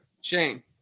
Shane